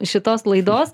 šitos laidos